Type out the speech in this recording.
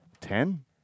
Ten